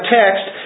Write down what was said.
text